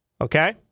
Okay